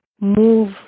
move